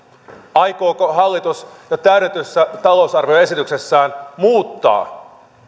aikooko hallitus jo täydennetyssä talousarvioesityksessään muuttaa